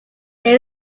there